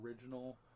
original